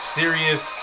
serious